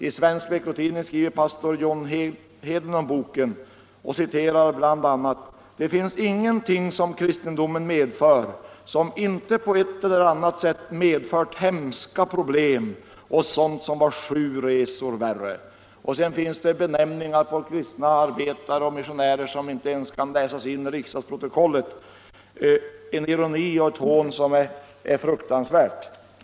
I Svensk Veckotidning skriver pastor John Hedlund om boken och citerar bl.a.: ”Det finns ingenting som kristendomen medför som inte på ett eller annat sätt medfört hemska problem och sånt som var sju resor värre.” Vidare förekommer benämningar på kristna arbetare och missionärer som inte ens kan läsas in i riksdagsprotokollet. Hela boken präglas av en ironi och ett hån som är fruktansvärda.